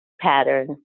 pattern